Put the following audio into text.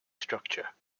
structure